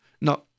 No